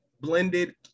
blended